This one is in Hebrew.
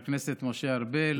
חברי הכנסת משה ארבל,